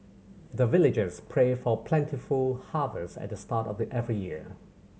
the villagers pray for plentiful harvest at the start of every year